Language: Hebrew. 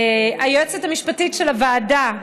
היועצת המשפטית של הוועדה,